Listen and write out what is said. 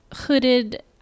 hooded